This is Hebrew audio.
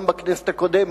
גם בכנסת הקודמת,